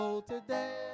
today